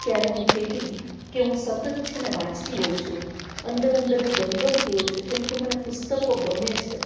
ત્યારે હું કહેતી કે હું સતત છેને વાંચતી હોઉ છું અંદર અંદર હું ગણગણતી હોઉ છું કેમકે મને પુસ્તકો ગમે છે